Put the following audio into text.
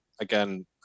again